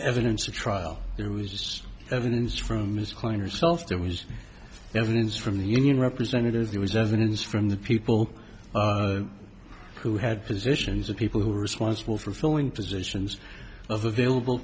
evidence a trial there was evidence from ms klein herself there was evidence from the union representatives there was evidence from the people who had positions of people who were responsible for filling positions of available